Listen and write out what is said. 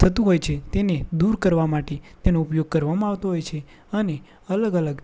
થતું હોય છે તેને દૂર કરવા માટે તેનો ઉપયોગ કરવામાં આવતો હોય છે અને અલગ અલગ